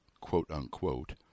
quote-unquote